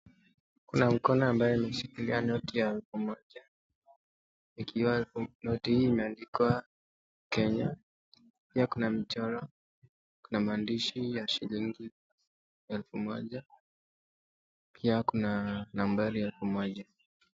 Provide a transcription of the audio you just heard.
Kuna mkono ambaye ameshikilia noti elfu moja. Ikiwa noti hii imeandikwa, Kenya. Pia kuna mchoro, kuna maandishi ya shilingi elfu moja. Pia kuna nambari elfu moja.